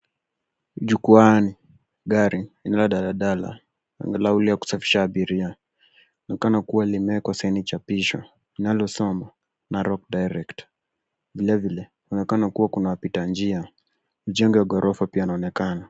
Jukwaani. Gari aina la daladala angalau ya kusafirisha abiria linaonekana kuwa limewekwa saini chapisho linalosoma Narok Direct . Vilevile kunaonekana kuwa kuna wapita njia. Jengo ya ghorofa pia linaonekana.